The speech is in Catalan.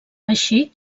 així